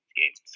game